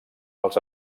als